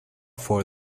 for